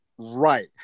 right